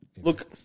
Look